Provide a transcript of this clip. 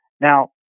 Now